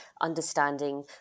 understanding